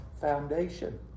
foundation